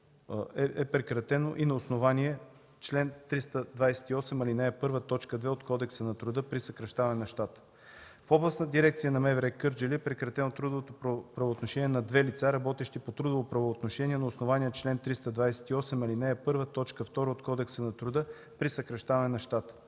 е прекратено и на основание чл. 328, ал. 1, т. 2 от Кодекса на труда при съкращаване на щата. В Областната дирекция на МВР – Кърджали, е прекратено трудовото правоотношение на две лица, работещи по трудово правоотношение, на основание чл. 328, ал. 1, т. 2 от Кодекса на труда при съкращаване на щата.